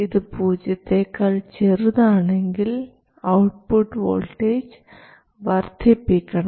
ഇത് പൂജ്യത്തെക്കാൾ ചെറുതാണെങ്കിൽ ഔട്ട്പുട്ട് വോൾട്ടേജ് വർദ്ധിപ്പിക്കണം